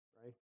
right